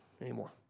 anymore